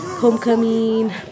Homecoming